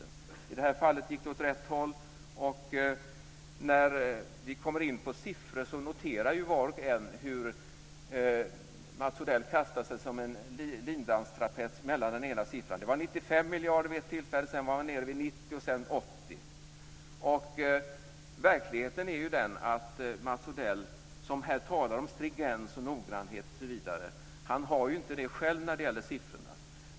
I de här fallen gick det åt rätt håll. När vi kommer in på siffror noterar ju var och en hur Mats Odell kastar sig som en trapetskonstnär mellan de olika siffrorna. Det var 95 miljarder vid ett tillfälle. Sedan var han nere i 90, och sedan 80 miljarder. Verkligheten är ju den att Mats Odell, som här talar om stringens och noggrannhet, inte har det själv när det gäller siffrorna.